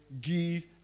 give